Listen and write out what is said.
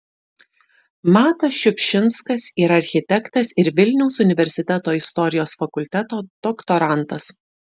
matas šiupšinskas yra architektas ir vilniaus universiteto istorijos fakulteto doktorantas